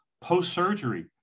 post-surgery